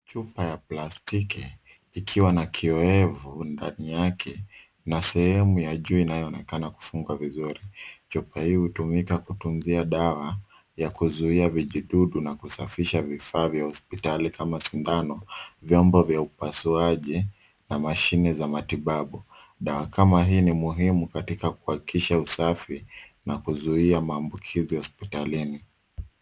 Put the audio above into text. Chupa ya plastiki ikiwa na kiowevu ndani yake na sehemu ya juu inayoonekana kufungwa vizuri. Chupa hii hutumika kutunzia dawa ya kuzuia vijidudu na kusafisha vifaa vya hospitali kama sindano, vyombo vya upasuaji na mashine za matibabu. Dawa kama hii ni muhimu katika kuhakikisha usafi na kuzuia maambukizi hospitalini.